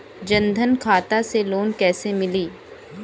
जन धन खाता से लोन कैसे मिली?